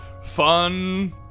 fun